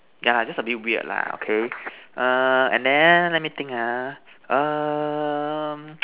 yeah just a bit weird lah okay err and then let me think ah um